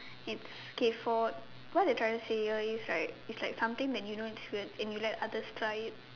it's K for what they're trying to say is right is like something that you know is weird but you let others try it